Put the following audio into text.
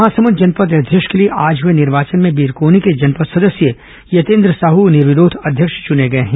महासमुंद जनपद अध्यक्ष के लिए आज हुए निर्वाचन में बिरकोनी के जनपद सदस्य यतेन्द्र साहू निर्विरोध अध्यक्ष चुने गए हैं